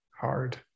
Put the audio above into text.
hard